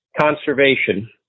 conservation